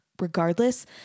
regardless